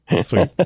Sweet